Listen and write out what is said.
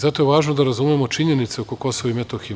Zato je važno da razumemo činjenice oko Kosova i Metohije.